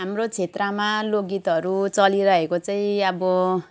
हाम्रो क्षेत्रमा लोकगीतहरू चलिरहेको चाहिँ अब